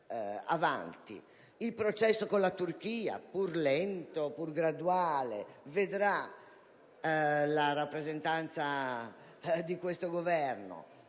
Il processo con la Turchia, pur lento e graduale, vedrà la rappresentanza di questo Governo